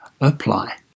apply